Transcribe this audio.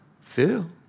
Phil